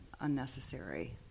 unnecessary